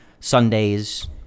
Sundays